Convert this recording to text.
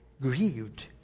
grieved